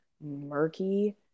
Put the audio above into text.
murky